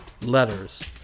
letters